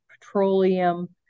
Petroleum